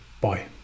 Bye